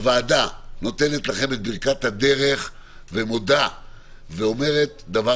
הוועדה נותנת לכם את ברכת הדרך ומודה ואומרת דבר